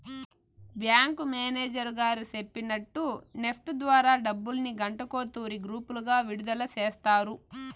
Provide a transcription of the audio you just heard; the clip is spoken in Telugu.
బ్యాంకు మేనేజరు గారు సెప్పినట్టు నెప్టు ద్వారా డబ్బుల్ని గంటకో తూరి గ్రూపులుగా విడదల సేస్తారు